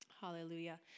hallelujah